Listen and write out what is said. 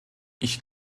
ich